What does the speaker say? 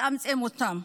שזה יצמצם אותם.